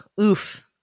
oof